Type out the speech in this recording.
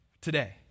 today